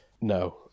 no